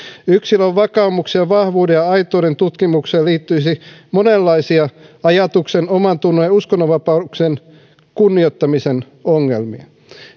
yksilön vakaumuksen vahvuuden ja aitouden tutkimukseen liittyisi monenlaisia ajatuksen omantunnon ja uskonnonvapauden kunnioittamisen ongelmia